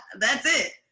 that's it.